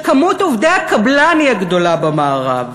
שמספר עובדי הקבלן הוא הגדול במערב,